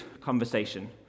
conversation